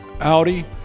Audi